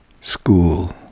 school